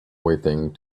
waiting